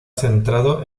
centrado